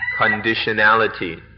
conditionality